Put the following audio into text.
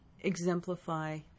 exemplify